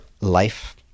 life